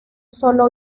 solo